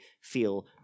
feel